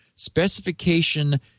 specification